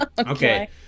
Okay